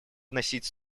вносить